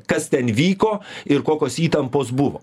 kas ten vyko ir kokios įtampos buvo